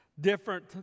different